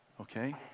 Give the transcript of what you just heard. okay